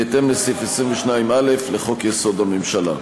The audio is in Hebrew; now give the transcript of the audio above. בהתאם לסעיף 22(א) לחוק-יסוד: הממשלה.